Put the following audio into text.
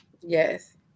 Yes